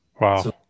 Wow